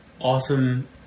awesome